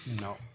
No